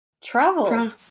travel